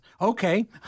Okay